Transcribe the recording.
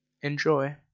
Enjoy